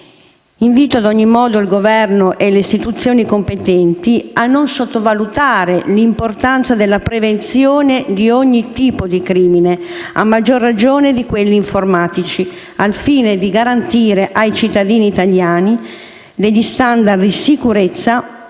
Invito, ad ogni modo, il Governo e le istituzioni competenti a non sottovalutare l'importanza della prevenzione di ogni tipo di crimine, a maggior ragione di quelli informatici, al fine di garantire ai cittadini italiani degli *standard* di sicurezza